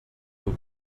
will